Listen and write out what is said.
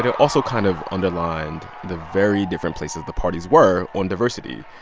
ah also kind of underlined the very different places the parties were on diversity.